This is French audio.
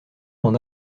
d’en